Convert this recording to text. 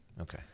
Okay